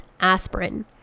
aspirin